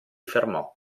fermò